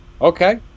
okay